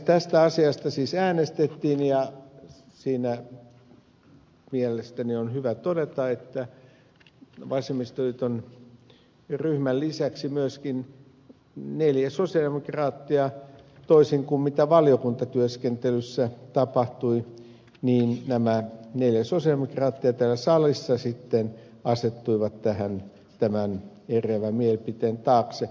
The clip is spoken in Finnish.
tästä asiasta siis äänestettiin ja siitä mielestäni on hyvä todeta että vasemmistoliiton ryhmän lisäksi myöskin neljä sosialidemokraattia toisin kuin valiokuntatyöskentelyssä tapahtui niin tämä ei lesosen mutta tietyissä oloissa sitten täällä salissa asettui eriävän mielipiteen taakse